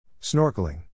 Snorkeling